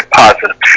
positive